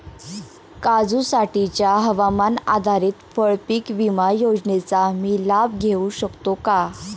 काजूसाठीच्या हवामान आधारित फळपीक विमा योजनेचा मी लाभ घेऊ शकतो का?